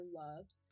loved